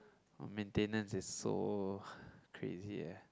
!wah! maintenance is so crazy eh